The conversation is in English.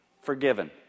forgiven